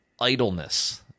idleness